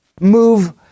move